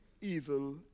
evil